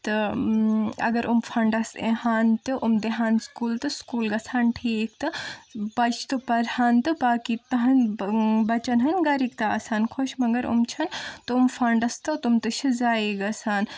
تہٕ اگر یِم فنڈٕس اِہن تہٕ أم دِہن سکوٗل تہٕ سکوٗل گژھن تھیٖک تہٕ بچہِ تہِ پرہن تہٕ باقٕے بچن ہند گرِک تہِ اسہٕ ہن خۄش مگر یِم چھِنہٕ تِم فنڈٕس تہٕ تِم تہِ چھِ زاے گژھان